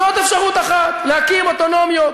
זאת אפשרות אחת, להקים אוטונומיות.